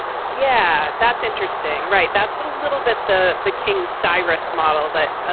yeah. that's interesting. right. that's a little bit. the the king cyrus model that,